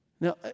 Now